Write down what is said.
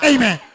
Amen